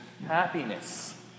Happiness